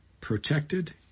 protected